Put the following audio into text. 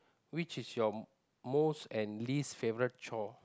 which is your most and least favourite chore